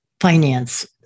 finance